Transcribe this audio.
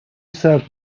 served